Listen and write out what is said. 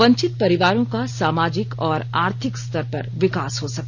वंचित परिवारों का सामाजिक और आर्थिक स्तर पर विकास हो सके